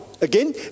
Again